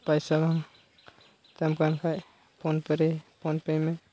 ᱯᱚᱭᱥᱟ ᱵᱟᱝ ᱛᱟᱦᱮᱱ ᱛᱟᱢ ᱠᱷᱟᱱ ᱯᱷᱳᱱ ᱯᱮ ᱨᱮ ᱯᱷᱳᱱ ᱯᱮ ᱢᱮ